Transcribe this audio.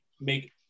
make